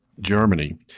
Germany